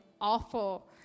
awful